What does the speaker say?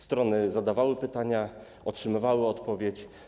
Strony zadawały pytania, otrzymywały odpowiedzi.